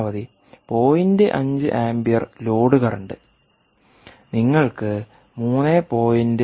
5 ampere load current നിങ്ങൾക്ക് 3